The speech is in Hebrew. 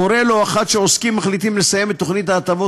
קורה לא אחת שעוסקים מחליטים לסיים את תוכניות ההטבות,